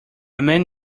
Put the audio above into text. man